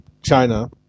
China